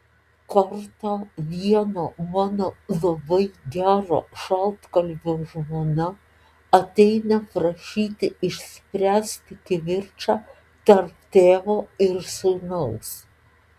kartą vieno mano labai gero šaltkalvio žmona ateina prašyti išspręsti kivirčą tarp tėvo ir sūnaus